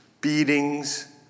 beatings